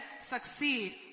Succeed